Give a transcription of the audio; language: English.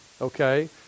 Okay